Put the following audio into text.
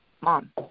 mom